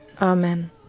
Amen